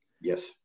Yes